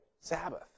Sabbath